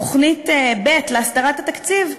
תוכנית ב' להסתרת התקציב,